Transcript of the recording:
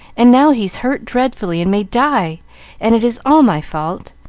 and now he's hurt dreadfully, and may die and it is all my fault,